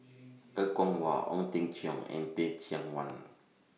Er Kwong Wah Ong Teng Cheong and Teh Cheang Wan